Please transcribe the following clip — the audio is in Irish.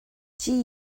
dia